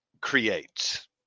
creates